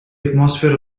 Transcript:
atmosphere